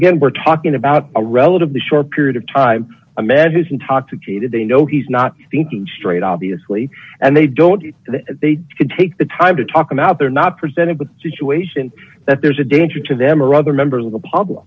again we're talking about a relatively short period of time a man who's intoxicated they know he's not thinking straight obviously and they don't they can take the time to talk him out they're not presented with a situation that there's a danger to them or other members of the public